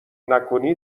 نکنی